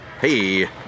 Hey